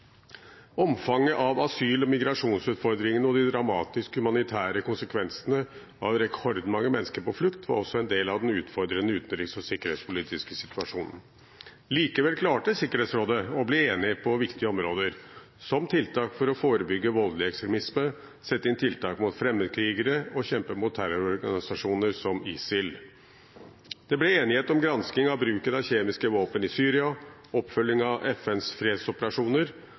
Omfanget av asyl- og migrasjonsutfordringene og de dramatiske humanitære konsekvensene av rekordmange mennesker på flukt var også en del av den utfordrende utenriks- og sikkerhetspolitiske situasjonen. Likevel klarte Sikkerhetsrådet å bli enig på viktige områder, som tiltak for å forebygge voldelig ekstremisme, sette inn tiltak mot fremmedkrigere og kjempe mot terrororganisasjoner som ISIL. Det ble enighet om gransking av bruken av kjemiske våpen i Syria og oppfølging av FNs fredsoperasjoner,